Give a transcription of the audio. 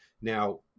Now